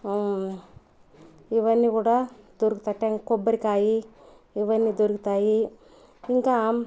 ఇవన్నీ కూడా దొరుకుతాయ్ టెం కొబ్బరికాయి ఇవన్నీ దొరుకుతాయి ఇంకా